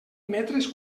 metres